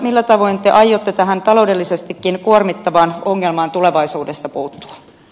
millä tavoin te aiotte tähän taloudellisestikin kuormittavaan ongelmaan tulevaisuudessa puuttua